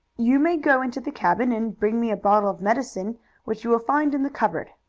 you may go into the cabin, and bring me a bottle of medicine which you will find in the cupboard.